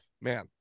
Man